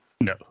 No